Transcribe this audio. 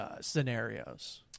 scenarios